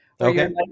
Okay